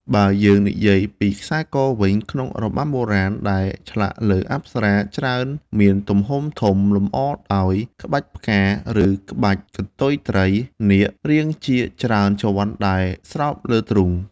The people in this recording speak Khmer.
បើយើងនិយាយពីខ្សែកវិញក្នុងរបាំបុរាណ ដែលឆ្លាក់លើអប្សរាច្រើនមានទំហំធំ លម្អដោយ ក្បាច់ផ្កា ឬក្បាច់កន្ទុយត្រី/នាគ រាងជាច្រើនជាន់ដែលស្រោបលើទ្រូង។